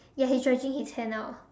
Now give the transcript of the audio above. ya he's stretching his hand out